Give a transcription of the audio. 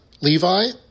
Levi